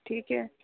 ٹھیک ہے